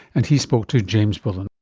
and he spoke to james bullen